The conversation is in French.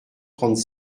trente